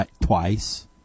twice